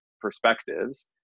perspectives